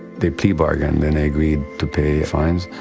they plea-bargained and they agreed to pay fines.